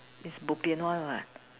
is bo pian [one] [what]